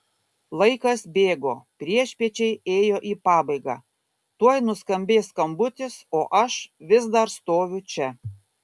laikas bėgo priešpiečiai ėjo į pabaigą tuoj nuskambės skambutis o aš vis dar stoviu čia